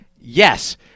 Yes